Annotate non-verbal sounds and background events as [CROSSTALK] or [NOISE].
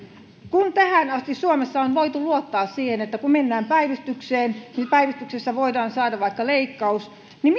kun tähän asti suomessa on voitu luottaa siihen että kun mennään päivystykseen niin päivystyksessä voidaan saada vaikka leikkaus niin [UNINTELLIGIBLE]